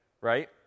right